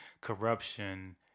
corruption